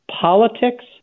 Politics